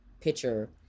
picture